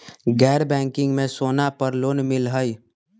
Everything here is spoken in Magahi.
गैर बैंकिंग में सोना पर लोन मिलहई?